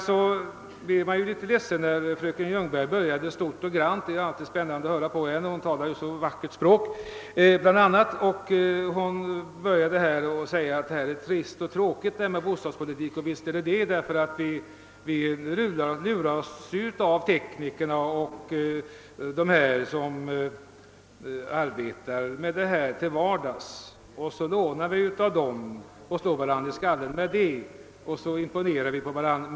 Jag blev litet ledsen trots att fröken Ljungberg började stort och vackert — det är alltid spännande att höra på henne eftersom hon talar så vackert. Hon sade att bostadspolitiken är tråkig och visst är den det. Vi luras ju av teknikerna och alla dem som arbetar med de här problemen dagligen. Vi lånar argument av dem, slår varandra i huvudet och försöker imponera på varandra.